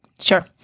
Sure